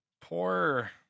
Poor